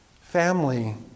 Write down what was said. family